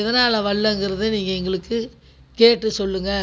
எதனால வரலங்கறது நீங்கள் எங்களுக்கு கேட்டு சொல்லுங்க